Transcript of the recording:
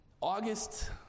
August